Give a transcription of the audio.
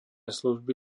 služby